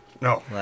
no